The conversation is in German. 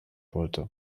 wollte